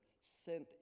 sent